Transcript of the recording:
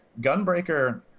Gunbreaker